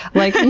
like,